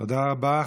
תודה רבה.